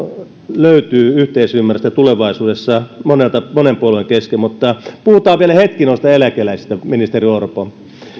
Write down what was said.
löytyy yhteisymmärrystä tulevaisuudessa monen puolueen kesken mutta puhutaan vielä hetki noista eläkeläisistä ministeri orpo